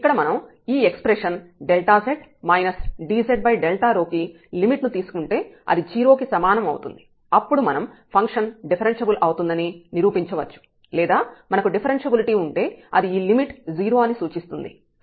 ఇక్కడ మనం ఈ ఎక్స్ప్రెషన్ z dz కు లిమిట్ ను తీసుకుంటే అది 0 కి సమానం అవుతుంది అప్పుడు మనం ఫంక్షన్ డిఫరెన్ష్యబుల్ అవుతుందని నిరూపించవచ్చు లేదా మనకు డిఫరెన్ష్యబిలిటీ ఉంటే అది ఈ లిమిట్ 0 అని సూచిస్తుంది